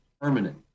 permanent